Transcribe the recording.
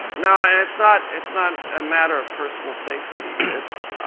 no, and it's not it's not a matter of personal safety. it's